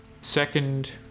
second